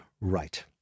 right